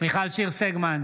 מיכל שיר סגמן,